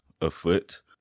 afoot